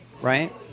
right